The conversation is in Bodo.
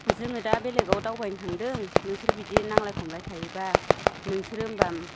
जोङो दा बेलेगआव दावबायनो थांदों नोंसोर बिदि नांज्लाय खमलाय थायोबा नोंसोरो होनबा